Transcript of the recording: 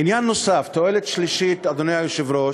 עניין נוסף, תועלת שלישית, אדוני היושב-ראש,